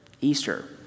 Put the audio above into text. Easter